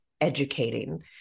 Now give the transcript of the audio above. educating